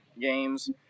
games